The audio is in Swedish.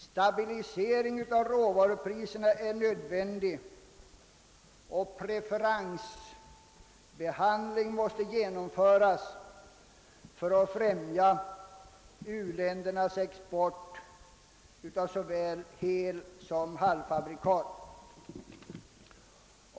Stabilisering av råvarupriserna är nödvän dig och preferensbehandling måste genomföras för att främja u-ländernas export av såväl helsom halvfabrikat.